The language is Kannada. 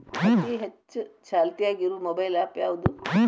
ಅತಿ ಹೆಚ್ಚ ಚಾಲ್ತಿಯಾಗ ಇರು ಮೊಬೈಲ್ ಆ್ಯಪ್ ಯಾವುದು?